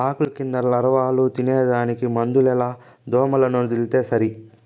ఆకుల కింద లారవాలు తినేదానికి మందులేల దోమలనొదిలితే సరి